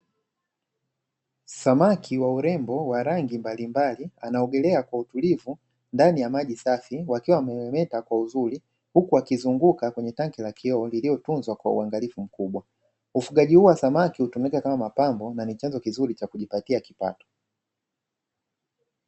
Samaki wa urembo wa rangi mbalimbali anaogelea kwa utulivu ndani ya maji safi, wakiwa wanamuweka kwa uzuri huku wakizunguka kwenye tangi la kioo lililotunzwa kwa uangalifu mkubwa. Ufugaji huu wa samaki hutumika kama mapambo na ni chanzo kizuri cha kujipatia mapato.